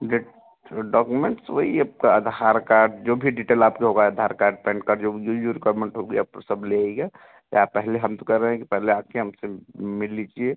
death documents वही आपका Aadhaar card जो भी डिटेल आपके होगा आधार कार्ड पैन कार्ड जो जो यूर का मतलब आप तो सब ले आइएगा या पहले हम तो कह रहे हैं कि पहले आ कर हमसे मिल लीजिए